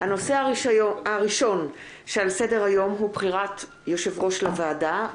הנושא הראשון שעל סדר היום הוא בחירת יושב-ראש לוועדה המסדרת,